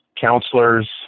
counselors